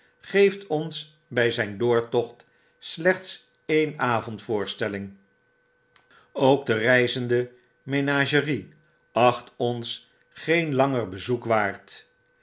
geeft ons bij zijn doortocht slechts een avondvoorstelling ook de reizende menagerie acht ons geen langer bezoek waard